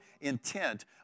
intent